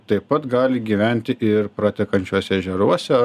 taip pat gali gyventi ir pratekančiuose ežeruose